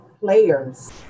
players